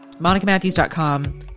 MonicaMatthews.com